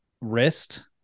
wrist